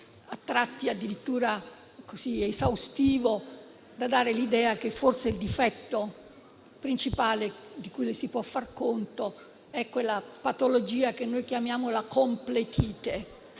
a tratti addirittura così esaustivo da dare l'idea che forse il difetto principale che si può far rilevare è quella patologia che noi chiamiamo la "completite",